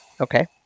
Okay